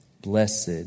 blessed